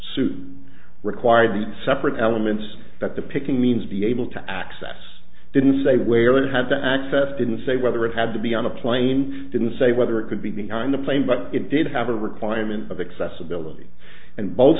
suit required the separate elements that the picking means be able to access didn't say where it had to access didn't say whether it had to be on a plane didn't say whether it could be behind the plane but it did have a requirement of accessibility and both